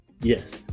Yes